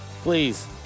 please